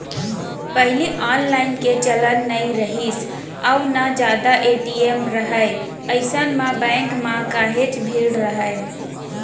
पहिली ऑनलाईन के चलन नइ रिहिस अउ ना जादा ए.टी.एम राहय अइसन म बेंक म काहेच भीड़ राहय